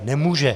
Nemůže.